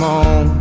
on